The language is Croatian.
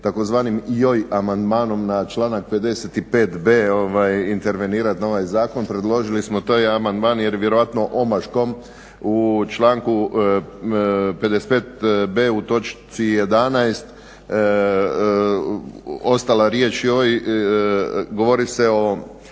tzv. "joj" amandmanom na članak 55.b intervenirati na ovaj zakon. Predložili smo taj amandman jer vjerojatno omaškom u članku 55.b u točci 11. ostala riječ "joj" govori se o